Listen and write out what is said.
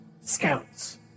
Scouts